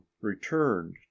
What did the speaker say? returned